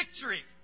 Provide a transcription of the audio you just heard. victory